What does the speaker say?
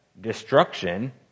destruction